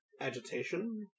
Agitation